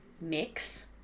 mix